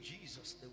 Jesus